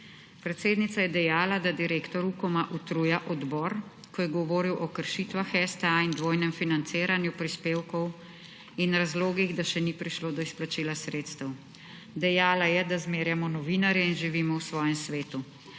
Predsednica je dejala, da direktor Ukoma utruja odbor, ko je govoril o kršitvah STA in dvojnem financiranju prispevkov in razlogih, da še ni prišlo do izplačila sredstev. Dejala je, da zmerjamo novinarje in živimo v svojem svetu.